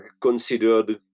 considered